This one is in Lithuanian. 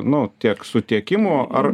nu tiek su tiekimu ar